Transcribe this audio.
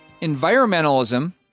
Environmentalism